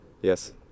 Yes